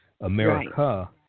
America